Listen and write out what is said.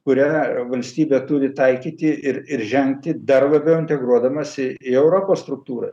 kur yra valstybė turi taikyti ir ir žengti dar labiau integruodamasi į europos struktūrą